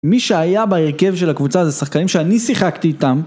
מי שהיה בהרכב של הקבוצה זה שחקרים שאני שיחקתי איתם